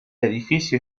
edificio